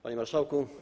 Panie Marszałku!